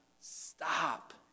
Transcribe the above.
stop